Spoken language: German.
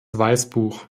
weißbuch